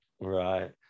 Right